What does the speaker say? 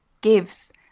gives